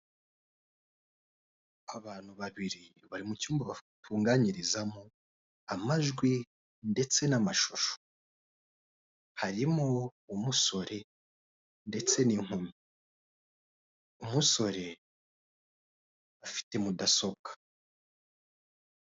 Abantu babiri bari mu cyumba batunganyirizamo amajwi ndetse n'amashusho. Harimo umusore ndetse n'inkumi. Umusore afite mudasobwa.